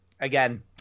again